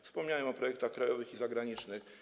Wspomniałem o projektach krajowych i zagranicznych.